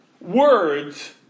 words